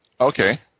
Okay